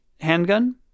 Handgun